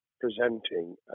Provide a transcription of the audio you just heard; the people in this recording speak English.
presenting